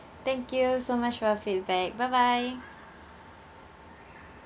thank you so much for your feedback bye bye